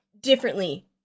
differently